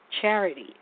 charity